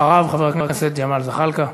אחריו, חבר הכנסת ג'מאל זחאלקה.